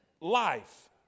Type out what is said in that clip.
life